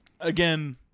again